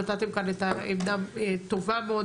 נתתם כאן עמדה טובה מאוד,